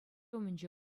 умӗнче